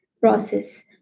process